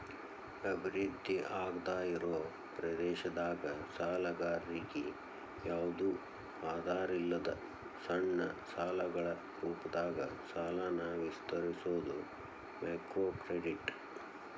ಅಭಿವೃದ್ಧಿ ಆಗ್ದಾಇರೋ ಪ್ರದೇಶದಾಗ ಸಾಲಗಾರರಿಗಿ ಯಾವ್ದು ಆಧಾರಿಲ್ಲದ ಸಣ್ಣ ಸಾಲಗಳ ರೂಪದಾಗ ಸಾಲನ ವಿಸ್ತರಿಸೋದ ಮೈಕ್ರೋಕ್ರೆಡಿಟ್